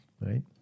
right